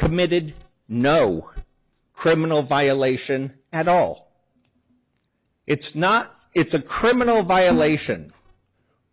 committed no criminal violation at all it's not it's a criminal violation